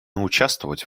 участвовать